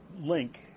link